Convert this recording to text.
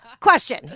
Question